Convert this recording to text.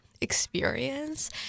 experience